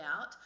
out